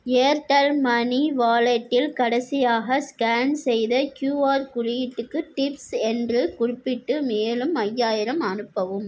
Airtel money வாலெட்டில் கடைசியாக scan செய்த க்யூஆர் குறியீட்டுக்கு டிப்ஸ் என்று குறிப்பிட்டு மேலும் ஐயாயிரம் அனுப்பவும்